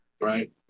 Right